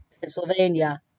Pennsylvania